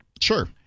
Sure